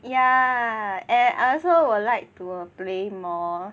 yeah and I also would like to play more